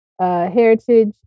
heritage